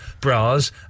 bras